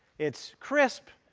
it's crisp,